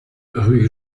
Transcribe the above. rue